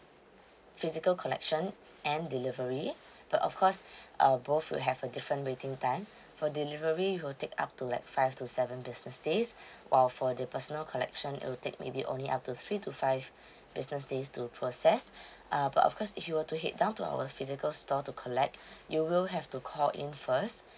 physical collection and delivery but of course uh both will have a different waiting time for delivery will take up to like five to seven business days while for the personal collection it will take maybe only up to three to five business days to process uh but of course if you were to head down to our physical store to collect you will have to call in first